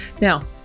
Now